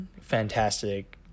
fantastic